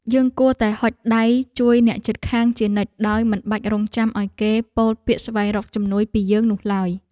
យើងគួរតែហុចដៃជួយអ្នកជិតខាងជានិច្ចដោយមិនបាច់រង់ចាំឱ្យគេពោលពាក្យស្វែងរកជំនួយពីយើងនោះឡើយ។